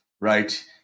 right